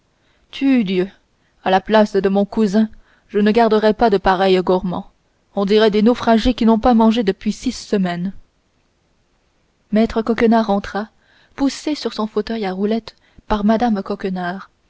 à la place de mon cousin je ne garderais pas de pareils gourmands on dirait des naufragés qui n'ont pas mangé depuis six semaines maître coquenard entra poussé sur son fauteuil à roulettes par mme coquenard